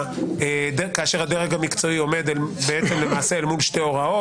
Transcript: כאשר הדרג המקצועי עומד אל מול שתי הוראות,